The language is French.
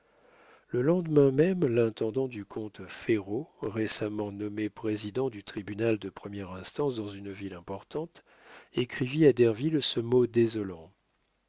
le lendemain même l'intendant du comte ferraud récemment nommé président du tribunal de première instance dans une ville importante écrivit à derville ce mot désolant